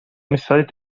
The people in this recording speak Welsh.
misoedd